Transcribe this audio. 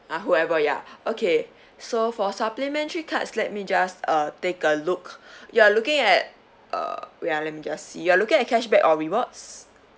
ah whoever ya okay so for supplementary cards let me just uh take a look you're looking at uh wait ah let me just you're looking at cashback or rewards